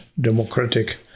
democratic